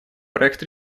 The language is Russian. проект